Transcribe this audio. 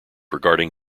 regarding